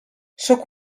sóc